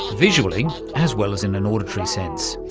um visually as well as in an auditory sense.